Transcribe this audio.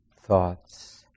thoughts